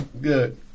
good